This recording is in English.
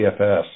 CFS